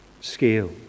scale